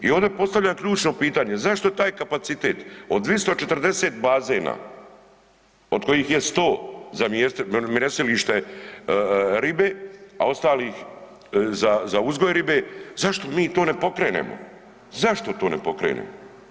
I ovdje postavljam ključno pitanje, zašto taj kapacitet, od 240 bazena od kojih je 100 za mrjestilište ribe, a ostalo za uzgoj ribe, zašto mi to ne pokrenemo, zašto to ne pokrenemo?